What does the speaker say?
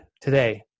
today